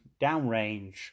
downrange